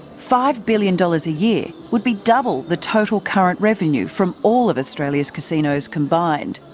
five billion dollars a year would be double the total current revenue from all of australia's casinos combined.